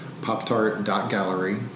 poptart.gallery